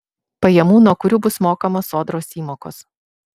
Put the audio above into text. pajamų nuo kurių bus mokamos sodros įmokos